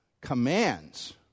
commands